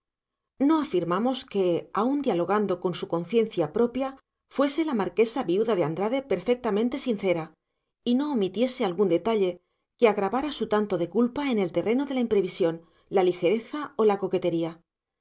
no afirmamos que aun dialogando con su conciencia propia fuese la marquesa viuda de andrade perfectamente sincera y no omitiese algún detalle que agravara su tanto de culpa en el terreno de la imprevisión la ligereza o la coquetería